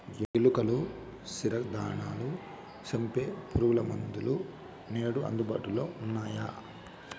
ఎలుకలు, క్షీరదాలను సంపె పురుగుమందులు నేడు అందుబాటులో ఉన్నయ్యి